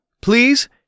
please